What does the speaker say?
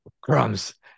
crumbs